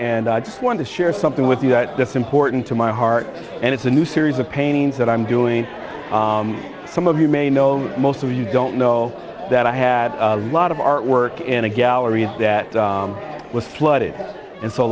and i just want to share something with you that that's important to my heart and it's a new series of paintings that i'm doing some of you may know most of you don't know that i had a lot of artwork in a gallery that was flooded and so a